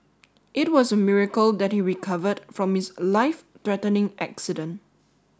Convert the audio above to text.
it was a miracle that he recovered from his life threatening accident